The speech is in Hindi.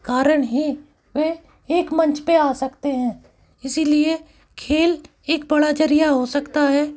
कारण ही वे एक मंच पर आ सकते हैं इसी लिए खेल एक बड़ा ज़रिया हो सकता है